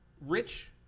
Rich